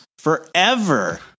forever